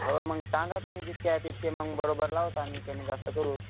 हो मग सांगा तुम्ही जितके आहे तितके मग बरोबर लावतो आम्ही कमी जास्त करू